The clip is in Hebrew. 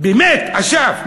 באמת אשף.